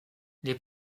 les